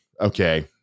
Okay